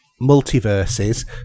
multiverses